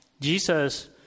Jesus